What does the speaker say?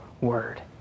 word